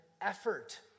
effort